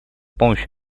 помощью